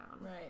Right